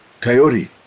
Coyote